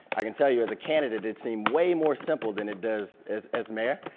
i can tell you as a candidate, it seemed way more simple than it does as as mayor